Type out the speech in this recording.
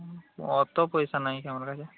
অত পয়সা নেই আমার কাছে